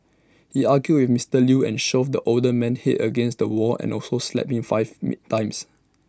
he argued with Mister Lew and shoved the older man's Head against A wall and also slapped him five times